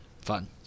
fun